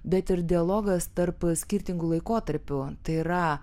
bet ir dialogas tarp skirtingų laikotarpių tai yra